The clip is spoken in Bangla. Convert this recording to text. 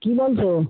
কী বলছ